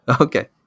Okay